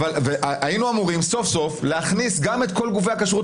היינו אמורים להכניס את כל גופי הכשרות